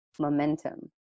momentum